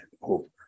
over